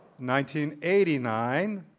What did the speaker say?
1989